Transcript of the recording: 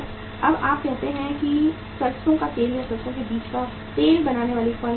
अब आप कहते हैं कि इस सरसो तेल या सरसों के बीज का तेल बनाने वाली एक फर्म के बारे में